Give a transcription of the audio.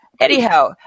Anyhow